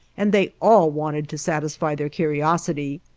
and they all wanted to satisfy their curiosity.